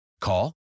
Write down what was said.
call